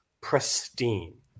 pristine